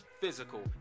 physical